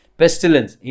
pestilence